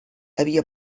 havia